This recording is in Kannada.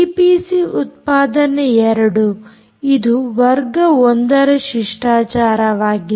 ಈಪಿಸಿ ಉತ್ಪಾದನೆ 2 ಇದು ವರ್ಗ 1 ರ ಶಿಷ್ಟಾಚಾರವಾಗಿದೆ